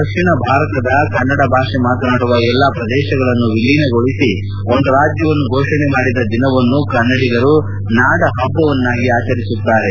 ದಕ್ಷಿಣ ಭಾರತದ ಎಲ್ಲಾ ಕನ್ನಡ ಭಾಷೆ ಮಾತನಾಡುವ ಪ್ರದೇಶಗಳನ್ನು ವಿಲೀನಗೊಳಿಸಿ ಒಂದು ರಾಜ್ಯವನ್ನು ಫೋಷಣೆ ಮಾಡಿದ ದಿನವನ್ನು ಕನ್ನಡಿಗರು ನಾಡಹಭ್ಲವನ್ಯಾಗಿ ಆಚರಿಸುತ್ತಾರೆ